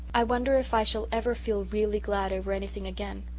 i wonder if i shall ever feel really glad over anything again.